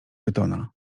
pytona